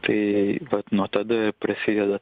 tai vat nuo tada prasideda